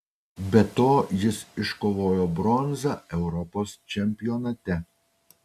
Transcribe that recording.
be to jis iškovojo bronzą europos čempionate